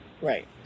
Right